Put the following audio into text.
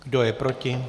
Kdo je proti?